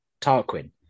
Tarquin